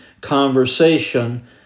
conversation